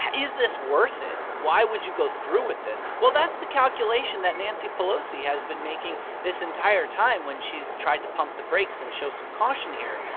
is this worth it? why would you go through with this? well, that's the calculation that nancy pelosi has been making this entire time when she's tried to pump the brakes and show some caution here.